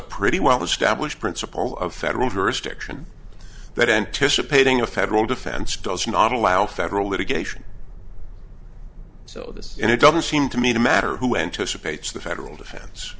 pretty well established principle of federal jurisdiction that entish a painting a federal defense does not allow federal litigation so this and it doesn't seem to me to matter who anticipates the federal defense